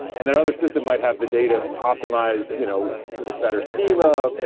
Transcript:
and their other system might have the data optimized you know with a better schema,